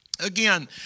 Again